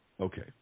Okay